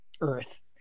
earth